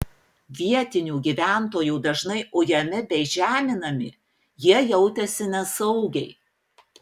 vietinių gyventojų dažnai ujami bei žeminami jie jautėsi nesaugiai